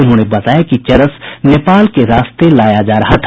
उन्होंने बताया कि चरस नेपाल के रास्ते लाया जा रहा था